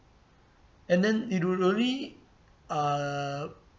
and then it will only uh